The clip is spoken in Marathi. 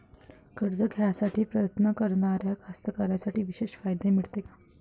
कर्ज घ्यासाठी प्रयत्न करणाऱ्या कास्तकाराइसाठी विशेष फायदे मिळते का?